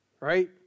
right